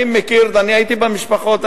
אני מכיר, אני הייתי אצל המשפחות.